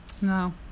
No